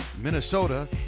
Minnesota